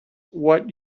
what